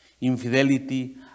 Infidelity